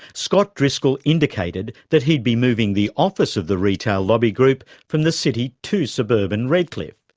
scott driscoll indicated that he'd be moving the office of the retail lobby group from the city to suburban redcliffe.